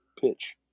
pitch